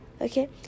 okay